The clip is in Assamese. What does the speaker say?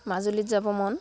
মাজুলীত যাব মন